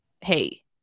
hey